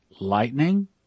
lightning